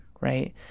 right